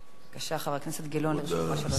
בבקשה, חבר הכנסת גילאון, לרשותך שלוש דקות.